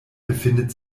befindet